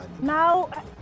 Now